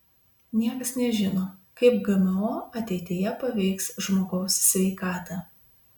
niekas nežino kaip gmo ateityje paveiks žmogaus sveikatą